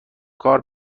کار